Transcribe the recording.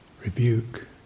rebuke